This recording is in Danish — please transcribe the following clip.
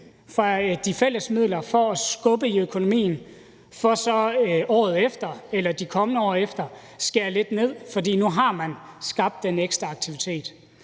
fra de fælles midler for at skubbe til økonomien, for så året efter eller de kommende år at skære lidt ned, fordi man nu har skabt den ekstra aktivitet.